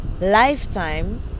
lifetime